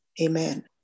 Amen